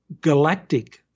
galactic